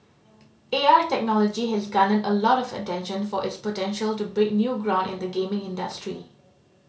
A R technology has garnered a lot of attention for its potential to break new ground in the gaming industry